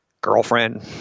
girlfriend